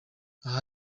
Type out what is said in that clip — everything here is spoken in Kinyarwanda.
aha